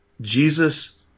Jesus